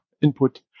input